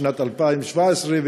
שנת 2017,